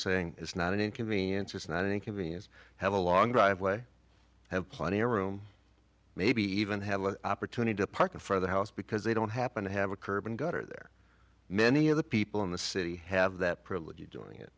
saying it's not an inconvenience it's not an inconvenience have a long driveway have plenty of room maybe even have an opportunity to park in for the house because they don't happen to have a curb and gutter there many of the people in the city have that privilege of doing it